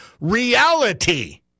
reality